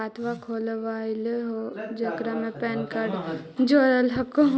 खातवा खोलवैलहो हे जेकरा मे पैन कार्ड जोड़ल हको?